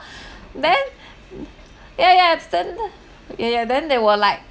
then ya ya then ya ya then they were like